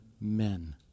men